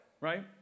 right